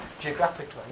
geographically